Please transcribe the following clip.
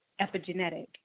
epigenetic